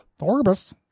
Thorbus